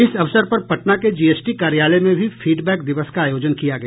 इस अवसर पर पटना के जीएसटी कार्यालय में भी फीड बैक दिवस का आयोजन किया गया